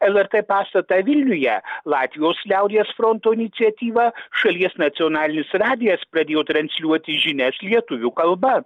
lrt pastatą vilniuje latvijos liaudies fronto iniciatyva šalies nacionalinis radijas pradėjo transliuoti žinias lietuvių kalba